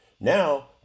Now